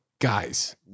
guys